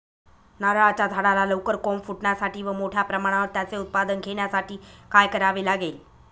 नारळाच्या झाडाला लवकर कोंब फुटण्यासाठी व मोठ्या प्रमाणावर त्याचे उत्पादन घेण्यासाठी काय करावे लागेल?